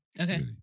Okay